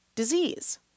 disease